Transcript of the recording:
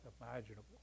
imaginable